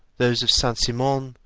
those of saint-simon,